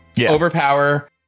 overpower